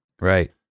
Right